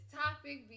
topic